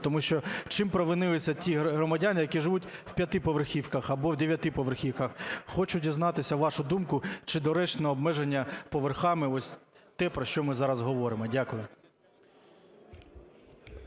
Тому що чим провинилися ті громадяни, які живуть в 5-поверхівках або в 9-поверхівках? Хочу дізнатися вашу думку, чи доречно обмеження поверхами ось те, про що ми зараз говоримо? Дякую.